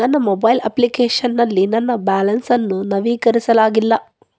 ನನ್ನ mobile application ನಲ್ಲಿ ನನ್ನ ಬ್ಯಾಲೆನ್ಸ್ ಅನ್ನು ನವೀಕರಿಸಲಾಗಿಲ್ಲ